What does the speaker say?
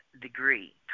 degree